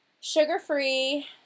sugar-free